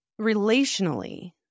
relationally